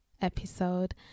episode